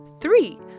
Three